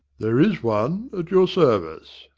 there is one, at your service.